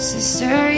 Sister